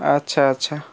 ଆଚ୍ଛା ଆଚ୍ଛା